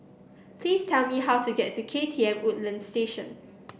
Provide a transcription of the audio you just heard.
please tell me how to get to KTM Woodlands Station